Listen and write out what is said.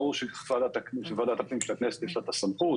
ברור שלוועדת הפנים של הכנסת יש את הסמכות